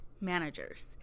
managers